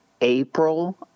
April